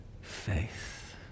faith